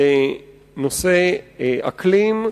בנושא אקלים,